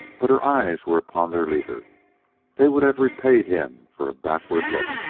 but her eyes were upon their leader they would have repaid him for a backward look.